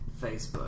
Facebook